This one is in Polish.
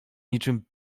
niczym